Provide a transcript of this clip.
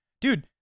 dude